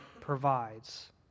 provides